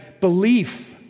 belief